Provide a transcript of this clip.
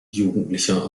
jugendlicher